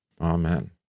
Amen